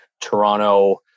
Toronto